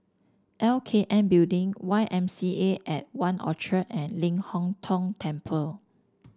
L K N Building Y M C A At One Orchard and Ling Hong Tong Temple